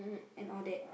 and all that